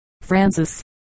Francis